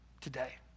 today